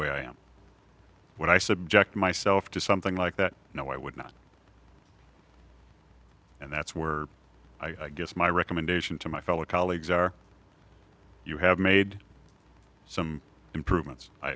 way i am when i subject myself to something like that no i would not and that's where i guess my recommendation to my fellow colleagues are you have made some improvements i